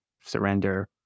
Surrender